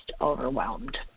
overwhelmed